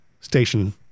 station